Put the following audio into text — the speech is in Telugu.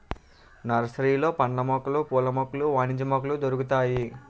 నర్సరీలలో పండ్ల మొక్కలు పూల మొక్కలు వాణిజ్య మొక్కలు దొరుకుతాయి